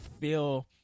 feel